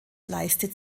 leistet